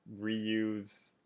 reuse